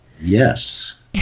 Yes